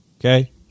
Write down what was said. Okay